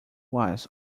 was